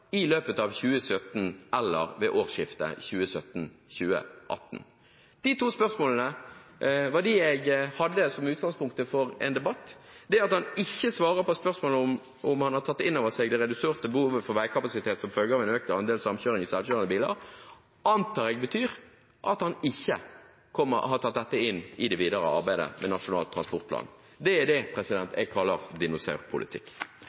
i løpet av 2017 eller ved årsskiftet 2017/2018? De to spørsmålene hadde jeg som utgangspunktet for en debatt. Det at han ikke svarer på om han har tatt inn over seg det reduserte behovet for veikapasitet som følge av en økt andel samkjøring i selvkjørende biler, antar jeg betyr at han ikke har tatt dette inn i det videre arbeidet med Nasjonal transportplan. Det